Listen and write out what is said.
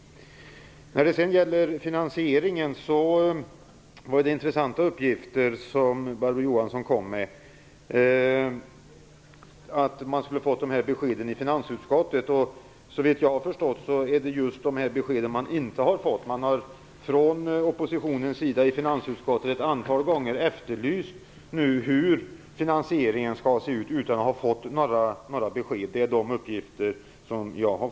När det gäller finansieringen var det intressanta uppgifter som Barbro Johansson kom med, dvs. att finansutskottet skulle ha fått besked. Såvitt jag har förstått, är det just de beskeden som man inte har fått. Från oppositionens sida i finansutskottet har man ett antal gånger efterlyst besked om hur finansieringen ser ut, utan att ha fått några besked. Det är de uppgifter som jag har.